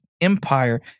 Empire